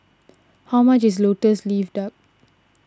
how much is Lotus Leaf Duck